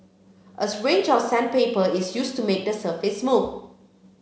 a range of sandpaper is used to make the surface smooth